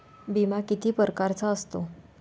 बिमा किती परकारचा असतो?